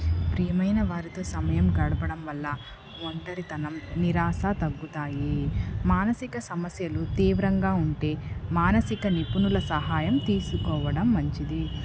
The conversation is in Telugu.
ప్రియమైన వారితో సమయం గడపడం వల్ల ఒంటరితనం నిరాశా తగ్గుతాయి మానసిక సమస్యలు తీవ్రంగా ఉంటే మానసిక నిపుణల సహాయం తీసుకోవడం మంచిది